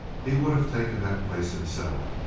he would have taken that place himself,